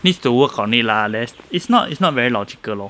needs to work on it lah let's it's not it's not very logical lor